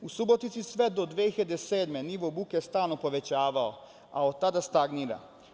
U Subotici sve do 2007. godine nivo buke stalno se povećavao, a od tada stagnira.